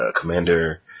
Commander